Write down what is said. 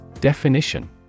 Definition